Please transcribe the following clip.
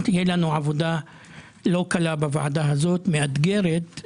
תהיה לנו עבודה לא קלה ומאתגרת בוועדה הזאת,